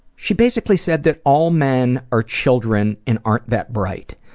she basically said that all men are children and aren't that bright.